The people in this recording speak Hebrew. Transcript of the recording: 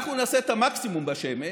אנחנו נעשה את המקסימום בשמש,